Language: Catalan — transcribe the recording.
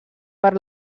per